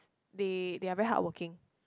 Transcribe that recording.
they they are very hardworking